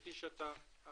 כפי שאתה אמרת,